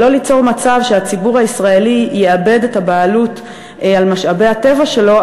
ולא ליצור מצב שהציבור הישראלי יאבד את הבעלות על משאבי הטבע שלו,